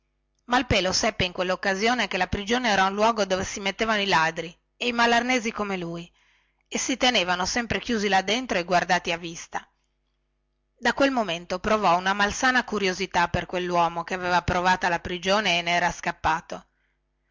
anni malpelo seppe in quelloccasione che la prigione era un luogo dove si mettevano i ladri e i malarnesi come lui e si tenevano sempre chiusi là dentro e guardati a vista da quel momento provò una malsana curiosità per quelluomo che aveva provata la prigione e nera scappato